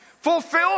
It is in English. Fulfill